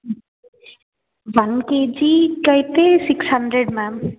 one కేజీకయితే six hundred ma'am